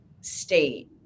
state